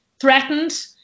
threatened